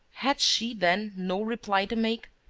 had she, then, no reply to make?